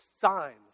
signs